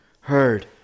heard